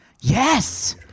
Yes